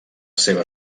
seva